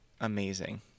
amazing